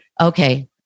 Okay